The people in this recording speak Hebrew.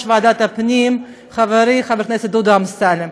ועדת הפנים חברי חבר הכנסת דודו אמסלם.